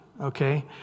okay